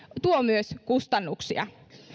tuo myös kustannuksia